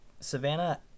Savannah